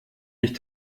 nicht